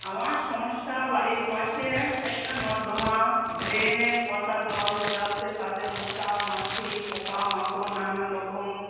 আমার সমস্যা বাড়ির পাশে একটা নর্দমা ড্রেনে পচা জল যাচ্ছে তাতে মশা মাছি পোকা মাকড় নানান রকম